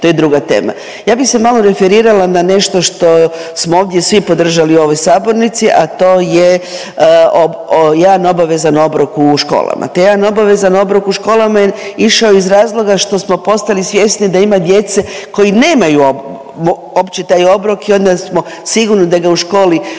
to je druga tema. Ja bih se malo referirala na nešto što smo ovdje svi podržali u ovoj sabornici, a to je jedan obavezan obrok u školama. Taj jedan obavezan obrok u školama je išao iz razloga što smo postali svjesni da ima djece koji nemaju opće taj obrok i onda smo sigurni da ga u školi dobivaju